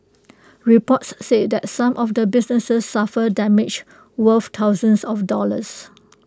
reports said that some of the businesses suffered damage worth thousands of dollars